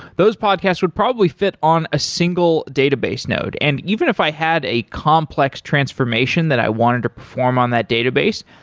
those podcasts would probably fit on a single database node. and even if i had a complex transformation that i wanted to perform on that database,